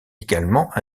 également